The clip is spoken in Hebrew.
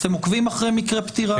אתם עוקבים אחרי מקרי פטירה?